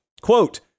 Quote